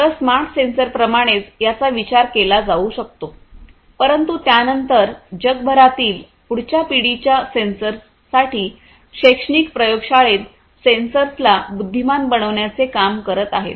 तर स्मार्ट सेन्सरप्रमाणेच याचा विचार केला जाऊ शकतो परंतु त्यानंतर जगभरातील पुढच्या पिढीच्या सेन्सर्ससाठी शैक्षणिक प्रयोगशाळेत सेन्सर्सला बुद्धिमान बनवण्याचे काम करत आहेत